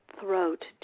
throat